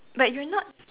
like you're not